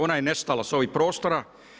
Ona je nestala sa ovih prostora.